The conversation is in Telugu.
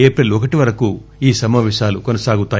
ఏప్రిల్ ఒకటి వరకు ఈ సమాపేశాలు కొనసాగుతాయి